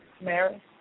Mary